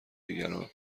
دیگران